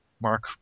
Mark